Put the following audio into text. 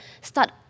start